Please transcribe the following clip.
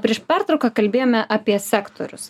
prieš pertrauką kalbėjome apie sektorius